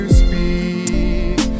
speak